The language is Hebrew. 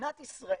מדינת ישראל,